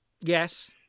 Yes